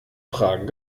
fragen